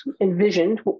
envisioned